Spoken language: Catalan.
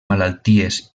malalties